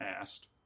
asked